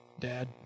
Dad